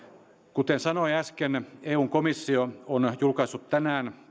kuten sanoin äsken eun komissio julkaisee tänään